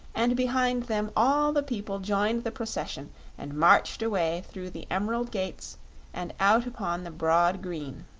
and behind them all the people joined the procession and marched away through the emerald gates and out upon the broad green.